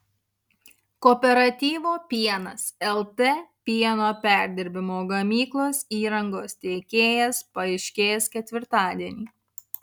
kooperatyvo pienas lt pieno perdirbimo gamyklos įrangos tiekėjas paaiškės ketvirtadienį